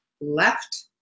left